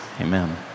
Amen